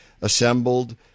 assembled